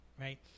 right